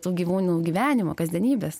tų gyvūnų gyvenimo kasdienybės